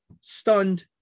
stunned